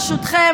ברשותכם,